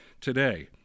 today